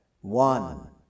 one